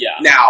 Now